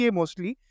mostly